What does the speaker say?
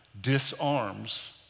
disarms